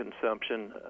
consumption